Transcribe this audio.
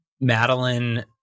Madeline